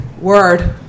Word